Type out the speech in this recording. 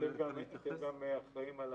אתם אחראים גם על